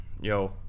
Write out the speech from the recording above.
Yo